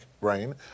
brain